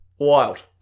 Wild